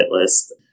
list